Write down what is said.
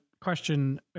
question